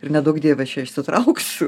ir neduok dieve išsitrauksiu